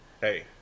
hey